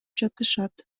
жатышат